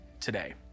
today